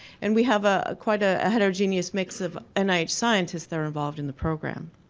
and we have a quite ah a heterogeneous mix of ah nih scientists that are involved in the program.